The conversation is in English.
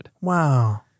Wow